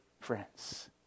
friends